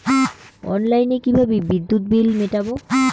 অনলাইনে কিভাবে বিদ্যুৎ বিল মেটাবো?